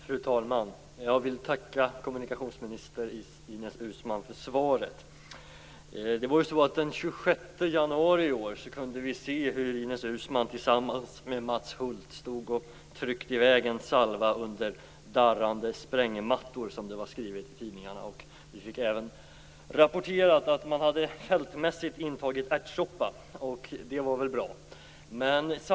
Fru talman! Jag vill tacka kommunikationsminister Ines Uusmann för svaret. Den 26 januari i år kunde vi se hur Ines Uusmann tillsammans med Mats Hulth tryckte i väg en salva under darrande sprängmattor, som det stod skrivet i tidningarna. Vi fick även rapporterat att man fältmässigt hade intagit ärtsoppa. Det var väl bra.